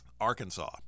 Arkansas